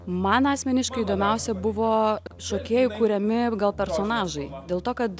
man asmeniškai įdomiausia buvo šokėjų kuriami gal personažai dėl to kad